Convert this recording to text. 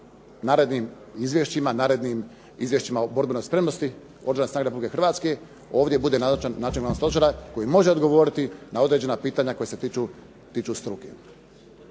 narednim izvješćima, da u narednim izvješćima o borbenoj spremnosti Oružanih snaga RH ovdje bude nazočan načelnik glavnog stožera koji može odgovoriti na određena pitanja koja se tiču struke.